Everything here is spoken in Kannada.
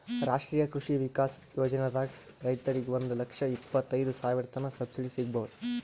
ರಾಷ್ಟ್ರೀಯ ಕೃಷಿ ವಿಕಾಸ್ ಯೋಜನಾದಾಗ್ ರೈತರಿಗ್ ಒಂದ್ ಲಕ್ಷ ಇಪ್ಪತೈದ್ ಸಾವಿರತನ್ ಸಬ್ಸಿಡಿ ಸಿಗ್ಬಹುದ್